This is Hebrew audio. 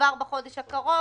כבר בחודש הקרוב?